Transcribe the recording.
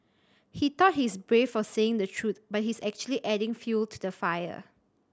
he thought he's brave for saying the truth but he's actually just adding fuel to the fire